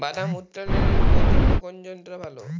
বাদাম উত্তোলনের জন্য কোন যন্ত্র ভালো?